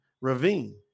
ravine